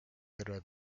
terve